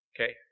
Okay